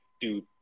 dude